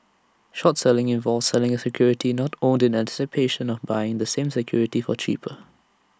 short selling involves selling A security not owned in anticipation of buying the same security for cheaper